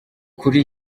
kuri